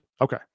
okay